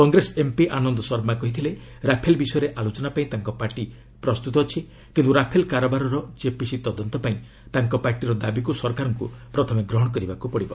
Congress MP Anand Sharma କହିଥିଲେ Rafale ବିଷୟରେ ଆଲୋଚନା ପାଇଁ ତାଙ୍କ ପାର୍ଟି ପ୍ରସ୍ତୁତ ଅଛି କିନ୍ତୁ ରାଫେଲ କାରବାରର କେପିସି ତଦନ୍ତ ପାଇଁ ତାଙ୍କ ପାର୍ଟିର ଦାବିକୁ ସରକାରଙ୍କୁ ପ୍ରଥମେ ଗ୍ରହଣ କରିବାକୁ ହେବ